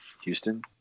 Houston